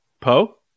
Poe